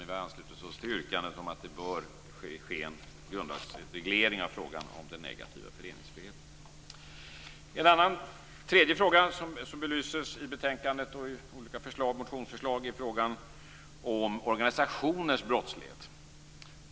Men vi har anslutit oss till yrkandet om att det bör ske en grundlagsreglering av frågan om den negativa föreningsfriheten. En tredje fråga som belyses i betänkandet och i olika motionsförslag är frågan om organisationers brottslighet.